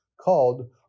called